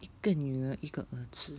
一个女人一个儿子